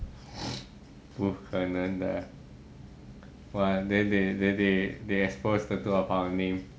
不可能的 !wah! then they then they they expose the two of our name